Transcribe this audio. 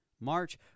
March